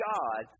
God